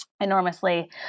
enormously